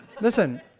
Listen